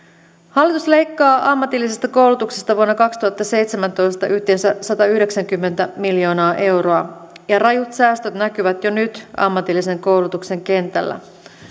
hallitus leikkaa ammatillisesta koulutuksesta vuonna kaksituhattaseitsemäntoista yhteensä satayhdeksänkymmentä miljoonaa euroa ja rajut säästöt näkyvät jo nyt ammatillisen koulutuksen kentällä